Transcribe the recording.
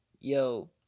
Yo